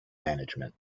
management